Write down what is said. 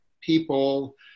people